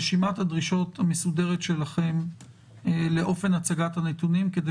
רשימת הדרישות המסודרת שלכם לאופן הצגת הנתונים כדי